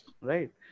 right